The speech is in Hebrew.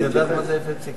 אני אתייחס.